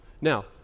Now